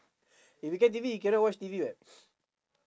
if you become T_V you cannot watch T_V [what]